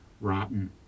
rotten